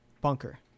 bunker